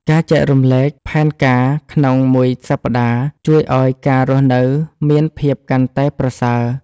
ការចែករំលែកផែនការក្នុងមួយសប្តាហ៍ជួយឲ្យការរស់នៅមានភាពកាន់តែល្អប្រសើរ។